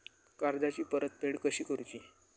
कर्जाची परतफेड कशी करुची?